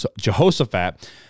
jehoshaphat